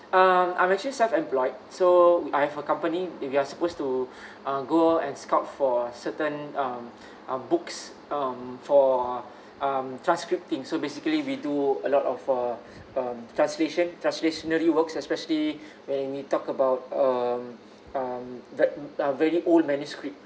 um I'm actually self employed so I have a company and we're supposed to uh go and scout for certain um uh books um for um transcripting so basically we do a lot of uh um translation translationally works especially when we talk about um um like ah very old manuscript